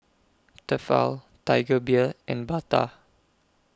Tefal Tiger Beer and Bata